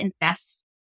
invest